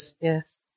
Yes